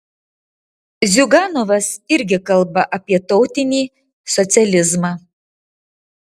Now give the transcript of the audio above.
ziuganovas irgi kalba apie tautinį socializmą